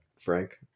frank